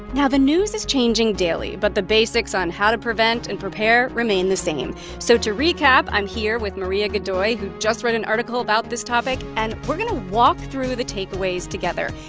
now, the news is changing daily, but the basics on how to prevent and prepare remain the same. so to recap, i'm here with maria godoy, who just wrote an article about this topic, and we're going to walk through the takeaways together.